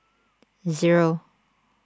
zero